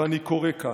ואני קורא כך: